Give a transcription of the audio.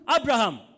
Abraham